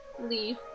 leave